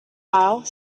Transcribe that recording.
aisle